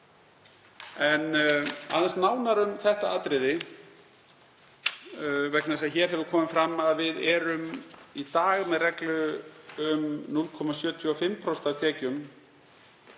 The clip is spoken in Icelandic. Aðeins nánar um þetta atriði, vegna þess að hér hefur komið fram að við erum í dag með reglu um 0,75% af tekjum